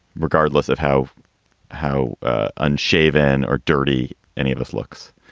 regardless of how how unshaven or dirty any of this looks